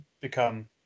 become